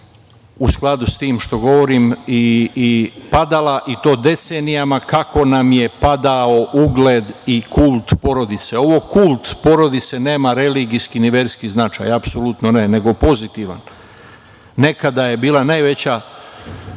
u skladu s tim što govorim i padala i to decenijama, kako nam je padao ugled i kult porodice. Ovo - kult porodice, nema religijski ni verski značaj. Apsolutno ne, nego pozitivan. Nekada je bila najveća